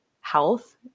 health